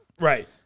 Right